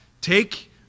take